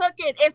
cooking